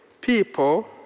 people